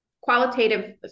qualitative